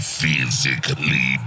physically